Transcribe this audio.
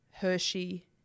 Hershey